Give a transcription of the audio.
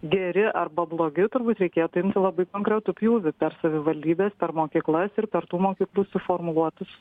geri arba blogi turbūt reikėtų imti labai konkretų pjūvį per savivaldybes per mokyklas ir per tų mokytų suformuluotus